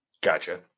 Gotcha